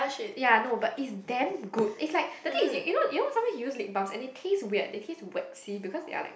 ya I know but is damn good is like the thing you know you know sometimes you use lip balm and the taste is weird the taste will waxy because they are like